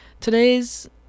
Today's